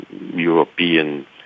European